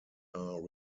are